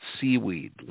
seaweed